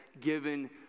given